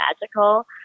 magical